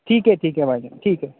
ٹھیک ہے ٹھیک ہے بھائی جان ٹھیک ہے